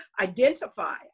identify